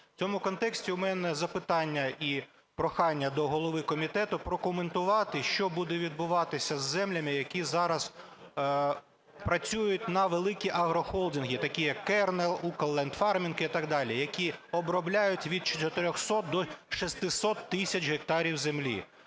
В цьому контексті у мене запитання і прохання до голови комітету прокоментувати, що буде відбуватися з землями, які зараз працюють на великі агрохолдинги, такі як Kernel, UkrLandFarming і так далі, які обробляють від 400 до 600 тисяч гектарів землі?